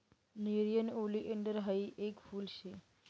nerium oleander हायी येक फुल शे